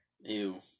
Ew